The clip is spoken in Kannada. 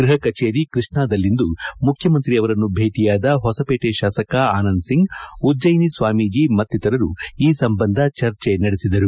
ಗೃಹ ಕಚೇರಿ ಕೃಷ್ಣಾದಲ್ಲಿಂದು ಮುಖ್ಯಮಂತ್ರಿ ಅವರನ್ನು ಭೇಟಿಯಾದ ಹೊಸಪೇಟೆ ಶಾಸಕ ಆನಂದ್ ಸಿಂಗ್ಉಜ್ಜಯಿನಿ ಸ್ವಾಮೀಜಿ ಮತ್ತಿತರರು ಈ ಸಂಬಂಧ ಚರ್ಚೆ ನಡೆಸಿದರು